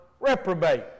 reprobate